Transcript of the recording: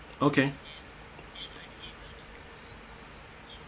okay